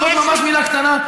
עוד ממש מילה קטנה.